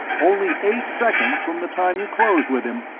only eight seconds from the time you closed with him.